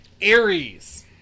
Aries